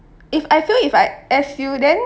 if I fail if I S_U